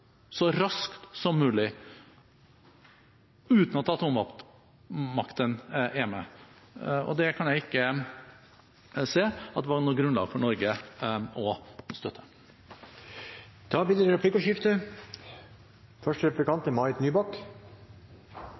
så raskt som mulig – uten at atommaktene er med. Det kan jeg ikke se at det var noe grunnlag for Norge å støtte. Det blir replikkordskifte. I utenrikskomiteens innstilling til Meld. St. 37 for 2014–2015 er det